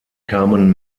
kamen